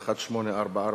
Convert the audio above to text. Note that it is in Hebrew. מס' 1844,